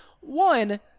One